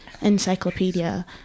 encyclopedia